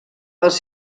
els